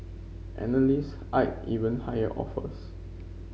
analyst eyed even higher offers